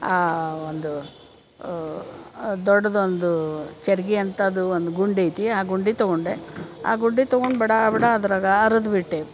ಆ ಒಂದು ದೊಡ್ದೊಂದು ಚರ್ಗಿಯಂತದು ಒಂದು ಗುಂಡು ಐತಿ ಆ ಗುಂಡಿ ತಗೊಂಡೆ ಆ ಗುಂಡಿ ತಗೊಂಡು ಬಡಾ ಬಡಾ ಅದ್ರಾಗ ಆರ್ದ ಬಿಟ್ಟೆ